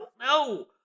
No